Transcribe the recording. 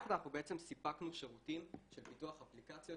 וביחד אנחנו בעצם סיפקנו שירותים של פיתוח אפליקציות